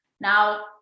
Now